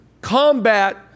combat